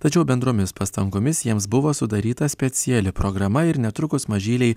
tačiau bendromis pastangomis jiems buvo sudaryta speciali programa ir netrukus mažyliai